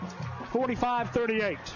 45-38